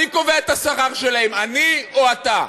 מי קובע את השכר שלהם, אני או אתה?